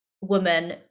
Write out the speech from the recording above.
woman